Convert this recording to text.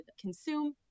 consume